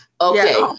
Okay